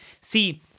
See